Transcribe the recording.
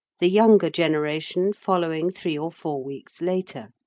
the younger generation following three or four weeks later.